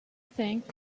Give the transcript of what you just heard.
think